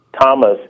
Thomas